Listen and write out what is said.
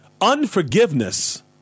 unforgiveness